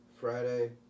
Friday